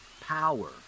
power